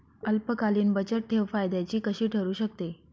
अल्पकालीन बचतठेव फायद्याची कशी ठरु शकते?